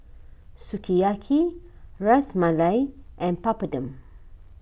Sukiyaki Ras Malai and Papadum